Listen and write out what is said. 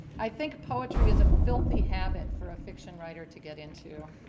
i think poetry is a filthy habit for a fiction writer to get in to.